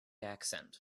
accent